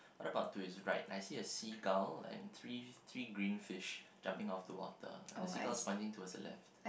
what about to his right I see a seagull and three three green fish jumping off the water and the seagull's pointing towards the left